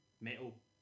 Metal